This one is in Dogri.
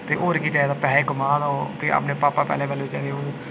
ते होर केह् चाहिदा पैहे कमा दा ओह् ते अपने भापा पैह्ले पैह्ले बचारे ओह्